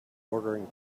ordering